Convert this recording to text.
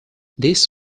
this